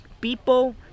people